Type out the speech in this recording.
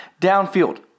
downfield